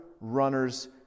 runners